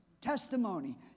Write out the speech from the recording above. testimony